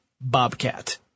Bobcat